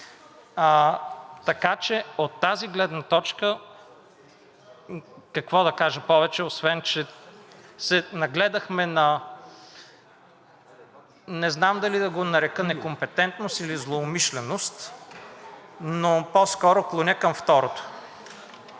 Така че от тази гледна точка какво да кажа повече, освен че се нагледахме – не знам дали да го нарека некомпетентност или злоумишленост, но по-скоро клоня към второто.